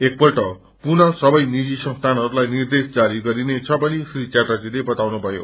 एकपल्ट पुनः सबे निजी संस्थानहरूलाई निर्देश जारी गरिनेछ भनी श्री चटर्जीले बताउनुभयो